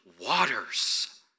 waters